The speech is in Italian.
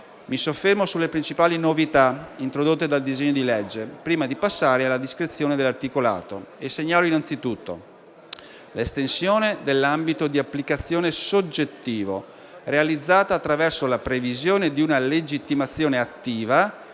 Mi soffermo sulle principali novità introdotte dal disegno di legge, prima di passare alla descrizione dell'articolato, e segnalo innanzitutto: l'estensione dell'ambito di applicazione soggettivo, realizzata attraverso la previsione di una legittimazione attiva